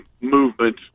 movement